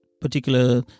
particular